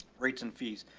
rates and fees.